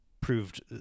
proved